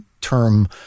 term